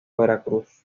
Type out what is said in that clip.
veracruz